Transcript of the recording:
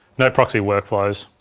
no proxy workflows.